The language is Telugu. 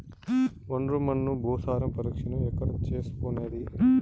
ఒండ్రు మన్ను భూసారం పరీక్షను ఎక్కడ చేసుకునేది?